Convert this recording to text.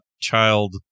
child